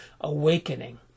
awakening